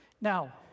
Now